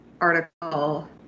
article